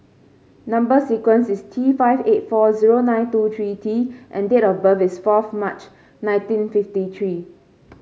number sequence is T five eight four zero nine two three T and date of birth is fourth March nineteen fifty three